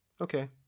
Okay